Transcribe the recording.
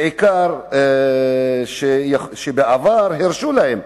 בעבר הרשו להם,